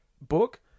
book